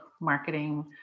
marketing